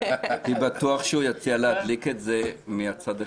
הייתי בטוח שהוא יציע להדליק את זה מהצד השני או משהו כזה.